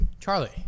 Charlie